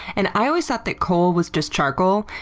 and i always thought that kohl was just charcoal.